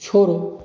छोड़ो